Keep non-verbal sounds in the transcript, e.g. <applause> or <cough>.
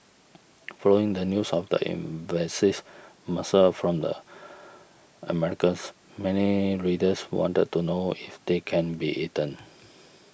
<noise> following the news of the invasive mussel from the Americas many readers wanted to know if they can be eaten